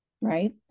right